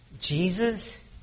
Jesus